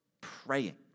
praying